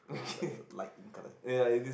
light in colour